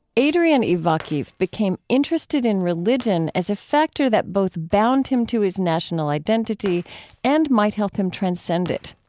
adrian ivakhiv became interested in religion as a factor that both bound him to his national identity and might help him transcend it.